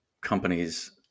companies